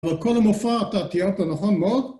כל המופע אתה תיארת, נכון מאוד?